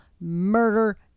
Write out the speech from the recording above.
murder